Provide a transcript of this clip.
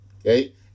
okay